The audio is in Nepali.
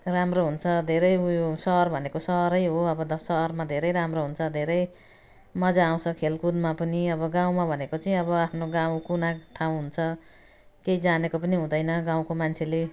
राम्रो हुन्छ धेरै उयो सहर भनेको सहरै हो अब त सहरमा धेरै राम्रो हुन्छ धेरै मजा आउँछ खेलकुदमा पनि अब गाउँमा भनेको चाहिँ अब आफ्नो गाउँ कुना ठाउँ हुन्छ केही जानेको पनि हुँदैन गाउँको मान्छेले